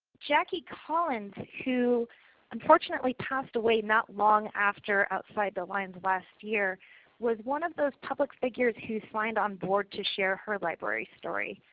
jackie collins who unfortunately passed away not long after outside the lines last year was one of those public figures who signed on board to share her library's story.